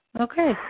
Okay